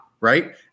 right